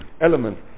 element